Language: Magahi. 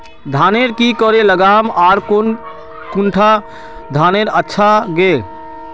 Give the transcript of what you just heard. धानेर की करे लगाम ओर कौन कुंडा धानेर अच्छा गे?